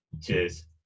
Cheers